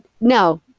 no